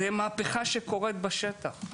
זה מהפכה שקורית בשטח.